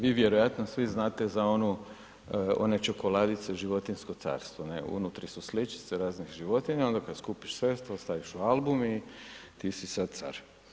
Vi vjerojatno svi znate za one čokoladice životinjsko carstvo, unutra su sličice raznih životinja, onda kada skupiš sve to staviš u album i ti si sada car.